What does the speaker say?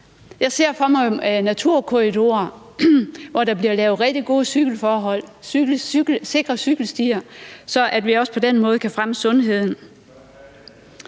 Jeg ser naturkorridorer for mig, hvor der bliver lavet rigtig gode forhold for cyklister med sikre cykelstier, så vi også på den måde kan fremme sundheden.